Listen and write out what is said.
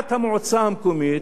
מליאת המועצה המקומית,